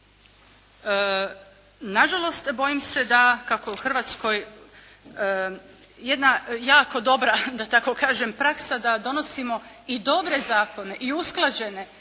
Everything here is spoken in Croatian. Nažalost, bojim se da kako u Hrvatskoj jedna jako dobra, da tako kažem praksa da donosimo i dobre zakone i usklađene i